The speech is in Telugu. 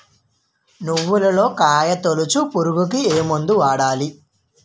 నువ్వులలో కాయ తోలుచు పురుగుకి ఏ మందు వాడాలి?